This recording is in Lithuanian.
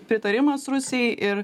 pritarimas rusijai ir